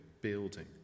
building